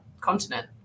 continent